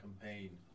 campaign